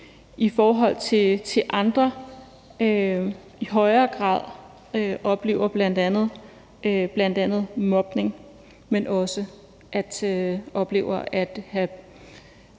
i forhold til andre i højere grad bl.a. oplever mobning, men at man også oplever at have